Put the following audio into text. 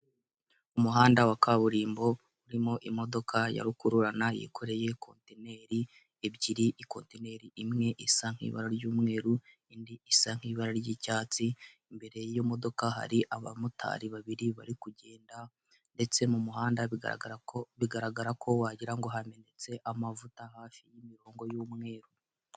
Umuhanda wa kaburimbo urimo imodoka ya rukururana yikoreye kontineri ebyiri, ikote imwe isa nk'ibara ry'umweru indi isa nk'ibara ry'icyatsi, imbere y'iyo modoka hari abamotari babiri bari kugenda ndetse mu muhanda bigaragara ko bigaragara ko wagira ngo hamenetse amavuta hafi y'imirongo y'umweru.